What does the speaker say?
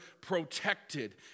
protected